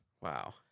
Wow